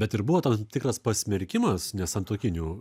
bet ir buvo toks tikras pasmerkimas nesantuokinių